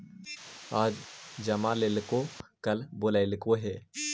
आज जमा लेलको कल बोलैलको हे?